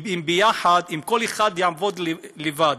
אם כל אחד יעבוד לבד